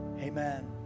Amen